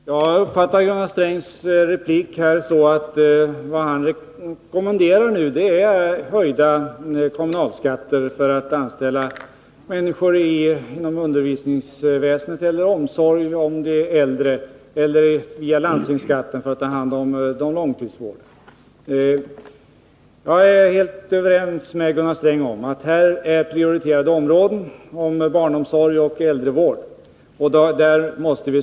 Herr talman! Jag uppfattar Gunnar Strängs replik så, att vad han nu rekommenderar är höjda kommunalskatter för att man skall kunna anställa människor inom bl.a. barnomsorgen, undervisningsväsendet och äldreomsorgen eller för att — via höjd landstingsskatt — ta hand om långtidsvården. Jag är helt överens med Gunnar Sträng om att barnomsorg och äldrevård är prioriterade områden, där vi måste satsa stora pengar.